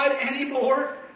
anymore